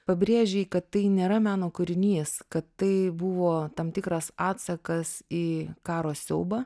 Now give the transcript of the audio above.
pabrėžei kad tai nėra meno kūrinys kad tai buvo tam tikras atsakas į karo siaubą